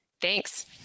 thanks